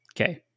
Okay